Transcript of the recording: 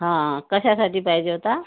हा कशासाठी पाहिजे होता